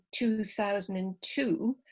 2002